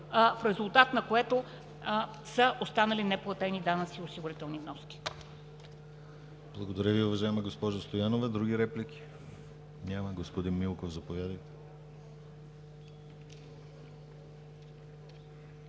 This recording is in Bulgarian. в резултат на което са останали неплатени данъци и осигурителни вноски.